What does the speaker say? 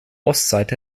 ostseite